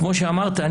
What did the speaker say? כמו שאמרת,